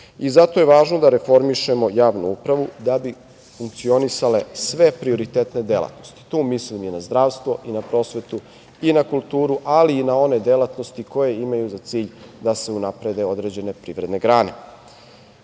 Zato je važno da reformišemo javnu upravu da bi funkcionisale sve prioritetne delatnosti. Tu mislim i na zdravstvo, i na prosvetu, i na kulturu, ali i na one delatnosti koje imaju za cilj da se unaprede određene privredne grane. Kada